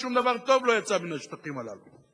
ושום דבר טוב לא יצא מן השטחים הללו.